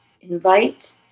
Invite